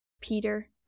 Peter